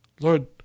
Lord